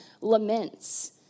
laments